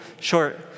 short